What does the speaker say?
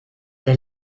der